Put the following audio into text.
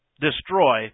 destroy